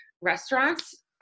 restaurants